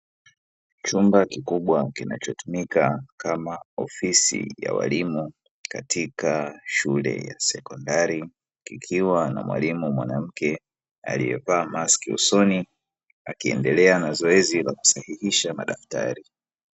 Chumba kikubwa kinachotumika kama ofisi ya walimu katika shule ya sekondari, kikiwa na mwalimu mwanamke aliyevaa maski usoni akiendelea na zoezi la kusahihisha madaftari.